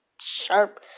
sharp